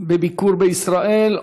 בביקור בישראל,